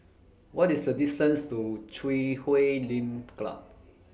What IS The distance to Chui Huay Lim Club